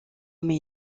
mais